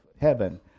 heaven